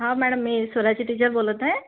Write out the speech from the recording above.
हा मॅडम मी स्वराची टीचर बोलत आहे